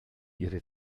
ihre